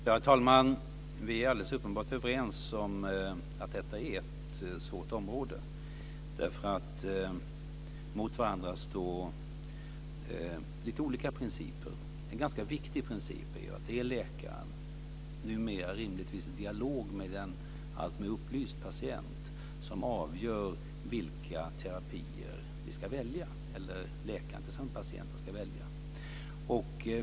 Herr talman! Vi är alldeles uppenbart överens om att detta är ett svårt område. Mot varandra står lite olika principer. En ganska viktig princip är ju att det är läkaren, numera rimligtvis i dialog med en alltmer upplyst patient, som avgör vilka terapier man ska välja.